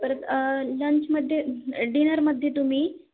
परत लंचमध्ये डिनरमध्ये तुम्ही